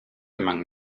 among